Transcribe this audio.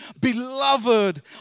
Beloved